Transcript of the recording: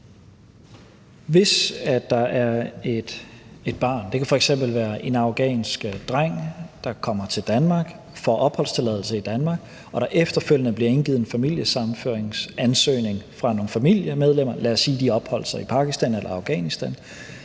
Hvis der er et barn, det kan f.eks. en afghansk dreng, der kommer til Danmark og får opholdstilladelse i Danmark, og der efterfølgende bliver indgivet en familiesammenføringsansøgning fra nogle familiemedlemmer – lad os sige, de opholder sig i Pakistan eller Afghanistan